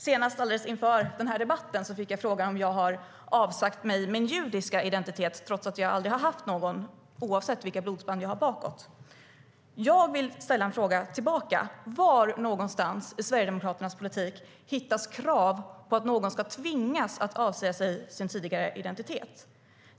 Senast, alldeles inför denna debatt, fick jag frågan om jag har avsagt mig min judiska identitet, trots att jag aldrig har haft någon - oavsett vilka blodsband jag har bakåt. Jag vill ställa en fråga tillbaka: Var någonstans i Sverigedemokraternas politik hittas krav på att någon ska tvingas avsäga sig sin tidigare identitet?